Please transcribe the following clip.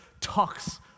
talks